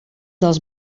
dels